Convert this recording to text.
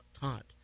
taught